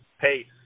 pace